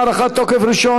הארכת תוקף רישיון